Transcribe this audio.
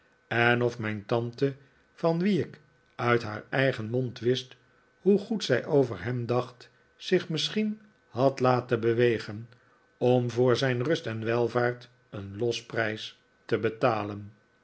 en of mijn tante van wie ik uit haar eigen mond wist hoe goed zij over hem dacht zich misschien had laten bewegen om voor zijn rust en welvaart een losprijs te betalen